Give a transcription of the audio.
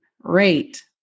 rate